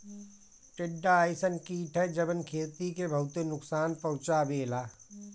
टिड्डा अइसन कीट ह जवन खेती के बहुते नुकसान पहुंचावेला